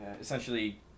essentially